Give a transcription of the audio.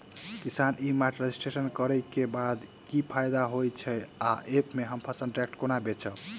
किसान e mart registration करै केँ बाद की फायदा होइ छै आ ऐप हम फसल डायरेक्ट केना बेचब?